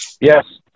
Yes